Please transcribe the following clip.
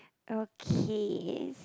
okay